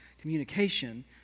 communication